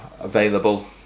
available